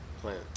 plant